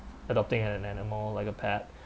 adopting an an animal like a pet